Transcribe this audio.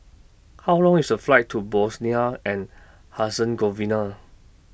How Long IS The Flight to Bosnia and Herzegovina